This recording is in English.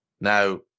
Now